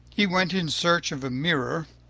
he went in search of a mirror,